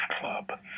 Club